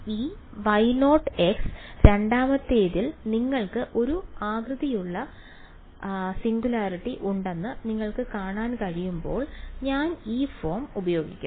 ഈ Y 0 രണ്ടാമത്തേതിൽ നിങ്ങൾക്ക് ഒരു ആകൃതിയുടെ സിംഗുലാരിറ്റി ഉണ്ടെന്ന് നിങ്ങൾക്ക് കാണാൻ കഴിയുമ്പോൾ ഞാൻ ഈ ഫോം ഉപയോഗിക്കും